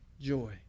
joy